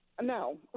No